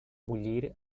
bullir